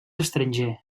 estranger